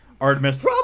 Artemis